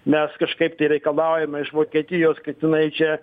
mes kažkaip tai reikalaujame iš vokietijos kad jinai čia